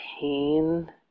pain